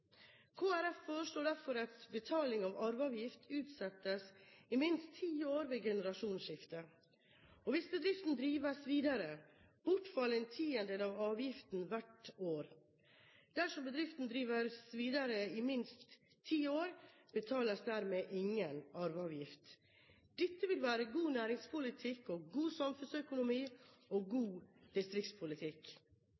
foreslår derfor at betaling av arveavgift utsettes i minst ti år ved generasjonsskifte. Hvis bedriften drives videre, bortfaller en tiendedel av avgiften hvert år. Dersom bedriften drives videre i minst 10 år, betales dermed ingen arveavgift. Dette vil være god næringspolitikk, god samfunnsøkonomi og